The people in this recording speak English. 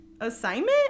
assignment